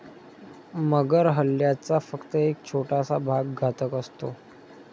मगर हल्ल्याचा फक्त एक छोटासा भाग घातक असतो